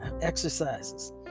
exercises